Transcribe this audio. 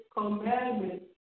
commandments